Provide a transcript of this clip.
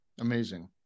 amazing